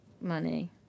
money